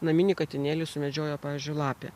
naminį katinėlį sumedžiojo pavyzdžiui lape